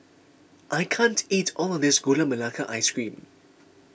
I can't eat all of this Gula Melaka Ice Cream